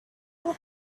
will